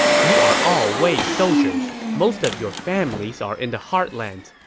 you are all wei soldiers. most of your families are in the heartlands.